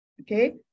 okay